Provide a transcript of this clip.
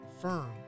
firm